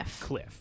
Cliff